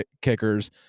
kickers